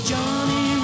Johnny